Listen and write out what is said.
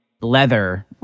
leather